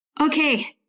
Okay